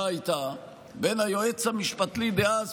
שהייתה בין היועץ המשפטי דאז,